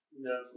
no